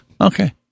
Okay